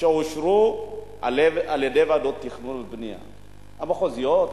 שאושרו על-ידי ועדות התכנון והבנייה המחוזיות,